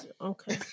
Okay